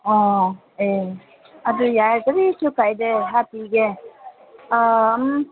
ꯑꯣ ꯑꯦ ꯑꯗꯨ ꯌꯥꯏ ꯀꯔꯤꯁꯨ ꯀꯥꯏꯗꯦ ꯍꯥꯞꯄꯤꯒꯦ